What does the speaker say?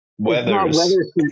Weathers